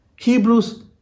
Hebrews